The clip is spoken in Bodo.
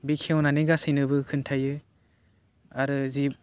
बेखेवनानै गासैनोबो खोन्थायो आरो जि